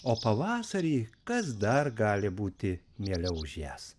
o pavasarį kas dar gali būti mieliau už jas